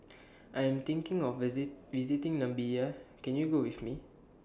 I Am thinking of visit visiting Namibia Can YOU Go with Me